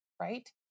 right